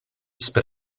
spit